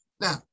Now